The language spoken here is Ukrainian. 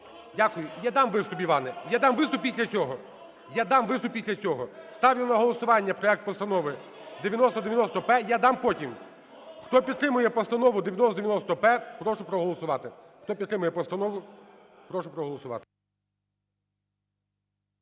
Я дам виступ після цього, я дам виступ після цього. Ставлю на голосування проект Постанови 9090-П. Я дам потім. Хто підтримує Постанову 9090-П, прошу проголосувати.